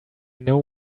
know